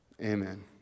Amen